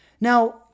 Now